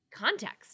context